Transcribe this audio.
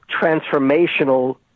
transformational